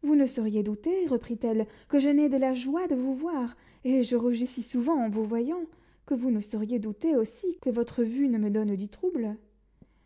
vous ne sauriez douter reprit-elle que je n'aie de la joie de vous voir et je rougis si souvent en vous voyant que vous ne sauriez douter aussi que votre vue ne me donne du trouble